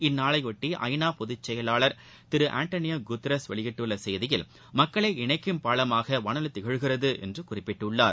இந்நாளையொட்டி ஐ நா பொதுச்செயலாளர் திரு ஆண்டனியோ குட்ரோஸ் வெளியிட்டுள்ள செய்தியில் மக்களை இணைக்கும் பாலமாக வானொலி திகழ்கிறது என்று குறிப்பிட்டுள்ளார்